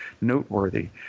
noteworthy